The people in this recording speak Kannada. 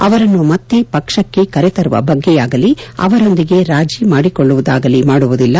ಅವರನ್ನು ಮತ್ತೆ ಪಕ್ಷಕ್ಕೆ ಕರೆತರುವ ಬಗ್ಗೆಯಾಗಲೀ ಅವರೊಂದಿಗೆ ರಾಜೀ ಮಾಡಿಕೊಳ್ಳುವುದಾಗಲೀ ಮಾಡುವುದಿಲ್ಲ